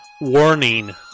Warning